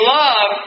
love